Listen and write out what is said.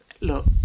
Look